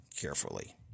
carefully